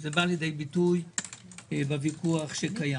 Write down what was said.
זה בא לידי ביטוי בוויכוח שקיים.